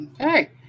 Okay